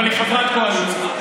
אבל היא חברת קואליציה.